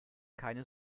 keine